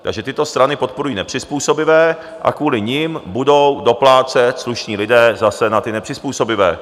Takže tyto strany podporují nepřizpůsobivé a kvůli nim budou doplácet slušní lidé zase na ty nepřizpůsobivé.